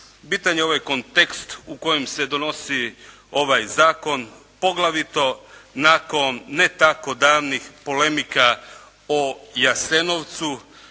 bitan je ovaj kontekst u kojem se donosi ovaj zakon, poglavito nakon ne tako davnih polemika o Jasenovcu.